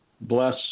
Bless